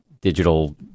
digital